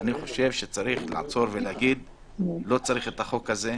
אני חושב שצריך לעצור ולומר שלא צריך את החוק הזה,